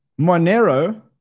Monero